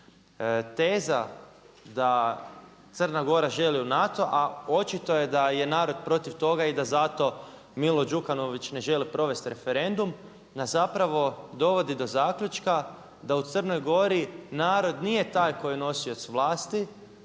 Teza da Crna Gora želi u NATO, a očito je da je narod protiv toga i da zato Milo Đukanović ne želi provest referendum nas zapravo dovodi do zaključka da u Crnoj Gori narod nije taj koji je nosioc vlasti